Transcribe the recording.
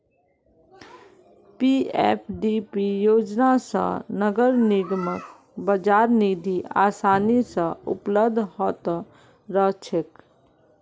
PFDP योजना स नगर निगमक बाजार निधि आसानी स उपलब्ध ह त रह छेक